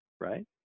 right